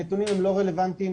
הנתונים לא רלוונטיים,